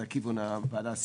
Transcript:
זה כיוון הוועדה,